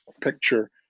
picture